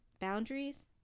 boundaries